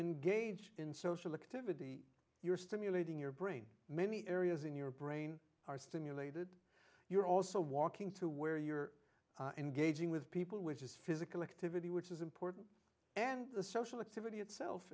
engage in social activity you're stimulating your brain many areas in your brain are stimulated you're also walking to where you're engaging with people which is physical activity which is important and the social activity itself